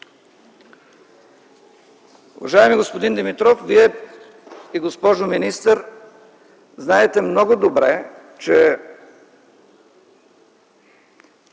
Уважаеми господин Димитров и госпожо министър, вие знаете много добре, че